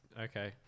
Okay